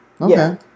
Okay